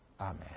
Amen